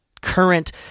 current